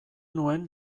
nuen